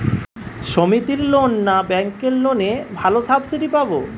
সমিতির লোন না ব্যাঙ্কের লোনে ভালো সাবসিডি পাব?